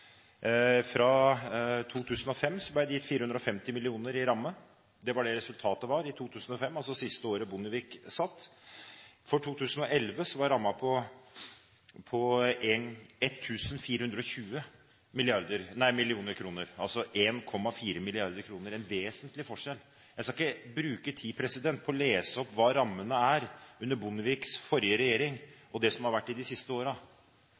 Fra 2005 ble det gitt 450 mill. kr i ramme. Det var resultatet i 2005, siste året Bondevik satt. For 2011 var rammen på 1 420 mill. kr, altså 1,4 mrd. kr – en vesentlig forskjell. Jeg skal ikke bruke tid på å lese opp hva rammene var på under Bondeviks regjering, og hva de har vært på de siste